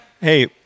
Hey